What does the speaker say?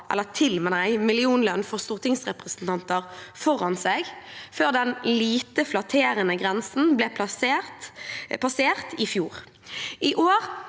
over til millionlønn for stortingsrepresentanter foran seg, før den lite flatterende grensen ble passert i fjor. I år